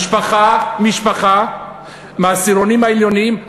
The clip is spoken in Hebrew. משפחה מהעשירונים העליונים,